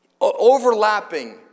Overlapping